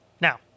Now